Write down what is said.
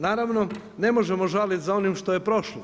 Naravno, ne možemo žaliti za onim što je prošlo,